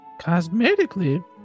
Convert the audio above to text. Cosmetically